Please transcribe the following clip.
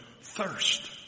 thirst